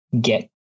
get